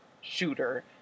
shooter